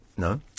No